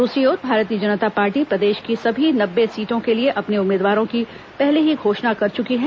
दूसरी ओर भारतीय जनता पार्टी प्रदेश की सभी नब्बे सीटों के लिए अपने उम्मीदवारों की पहले ही घोषणा कर चुकी है